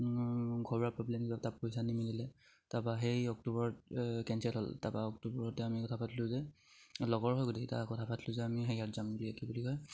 ঘৰুৱা প্ৰব্লেম তাৰপা পইচা নিমিলিলে তাপা সেই অক্টোবৰত কেঞ্চেল হ'ল তাপা অক্টোবৰতে আমি কথা পাতিলোঁ যে লগৰ হয় গোটেই কেইটা তাৰ কথা পাতিলোঁ যে আমি হেৰিয়াত যাম বুলি কি বুলি কয়